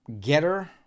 getter